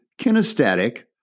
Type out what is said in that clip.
kinesthetic